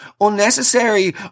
Unnecessary